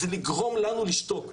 זה לגרום לנו לשתוק.